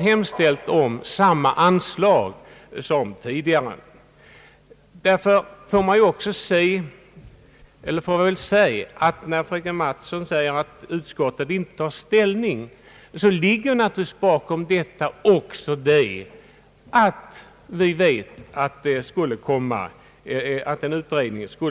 hemställt om samma anslag som tidigare. Att utskottet — enligt fröken Mattsons påstående — inte tagit ställning i frågan får naturligtvis också ses mot samma bakgrund:.